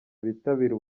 bitabira